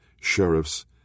sheriffs